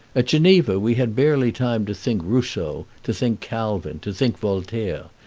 at geneva we had barely time to think rousseau, to think calvin, to think voltaire,